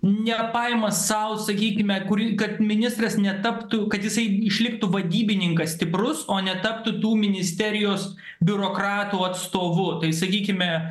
nepaima sau sakykime kurį kad ministras netaptų kad jisai išliktų vadybininkas stiprus o netaptų tų ministerijos biurokratų atstovu tai sakykime